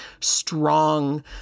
strong